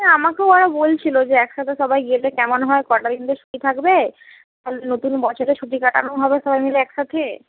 আমাকেও ওরা বলছিলো যে একসাথে সবাই গেলে কেমন হয় কটা দিন তো ছুটি থাকবে নতুন বছরে ছুটি কাটানোও হবে সবাই মিলে একসাথে